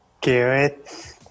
Carrots